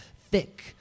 thick